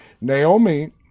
Naomi